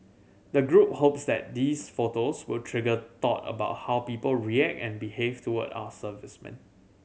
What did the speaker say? the group hopes that these photos will trigger thought about how people react and behave toward our servicemen